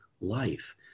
life